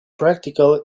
practical